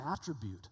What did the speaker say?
attribute